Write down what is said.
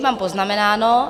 Mám poznamenáno.